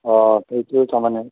অঁ সেইটোৱেই তাৰমানে